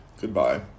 Goodbye